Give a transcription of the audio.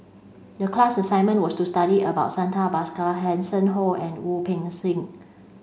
the class assignment was to study about Santha Bhaskar Hanson Ho and Wu Peng Seng